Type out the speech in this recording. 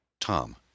Tom